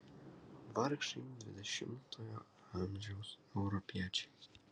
vargšai dvidešimtojo amžiaus europiečiai